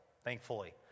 thankfully